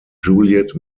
juliet